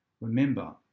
remember